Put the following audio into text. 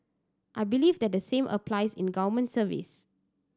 I believe that the same applies in government service